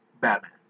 Batman